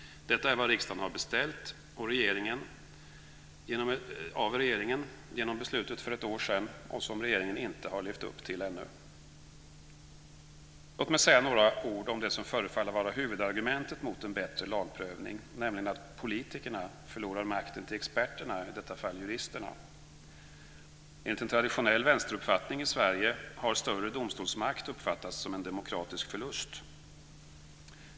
Detta är vad riksdagen har beställt av regeringen genom beslutet för ett år sedan och som regeringen ännu inte har levt upp till. Låt mig säga några ord om det som förefaller vara huvudargumentet mot en bättre lagprövning, nämligen att politikerna förlorar makten till experterna, i detta fall juristerna. Enligt en traditionell vänsteruppfattning i Sverige har större domstolsmakt uppfattats som en demokratisk förlust.